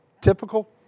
Typical